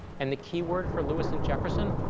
and the key word for lewis and jefferson?